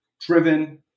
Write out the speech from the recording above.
driven